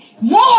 more